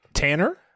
Tanner